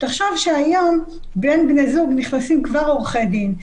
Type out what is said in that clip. תחשוב שהיום בין בני זוג נכנסים כבר עורכי דין.